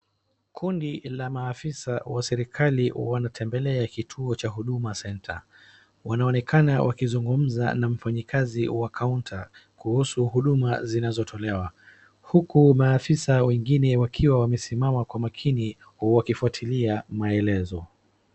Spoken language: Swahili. Kundi la maafisa wa serikali wanatembelea kituo cha huduma centre , wanaonekana wakizungumza na mfanyikazi wa counter kuhusu huduma zinazotolewa, huku maafisa wengine wakiwa wamesimama kwa makini wakifuatilia maelezo.